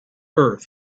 earth